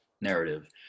narrative